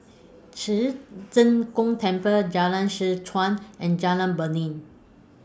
Ci Zheng Gong Temple Jalan Seh Chuan and Jalan Beringin